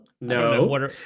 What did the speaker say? No